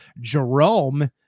Jerome